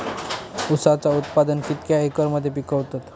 ऊसाचा उत्पादन कितक्या एकर मध्ये पिकवतत?